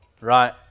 right